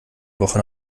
woche